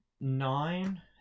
nine